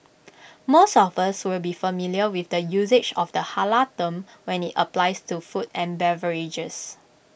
most of us will be familiar with the usage of the Halal term when IT applies to food and beverages